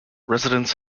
residents